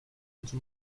into